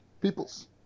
Peoples